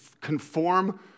conform